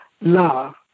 love